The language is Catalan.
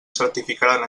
certificaran